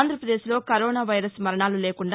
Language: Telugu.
ఆంధ్రాపదేశ్లో కరోనా వైరస్ మరణాలు లేకుండా